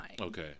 Okay